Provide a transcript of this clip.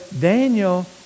Daniel